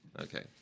Okay